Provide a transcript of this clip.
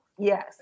Yes